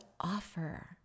offer